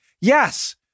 yes